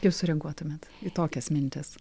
kaip sureaguotumėt į tokias mintis